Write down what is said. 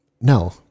no